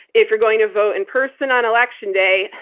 if you're going to vote in person on election day,